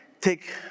take